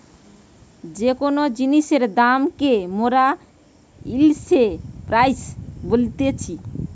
যে কোন জিনিসের দাম কে মোরা ইংলিশে প্রাইস বলতিছি